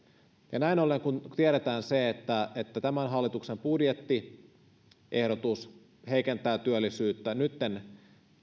näin ollen kun tiedetään se että että tämän hallituksen budjettiehdotus heikentää työllisyyttä ja nytten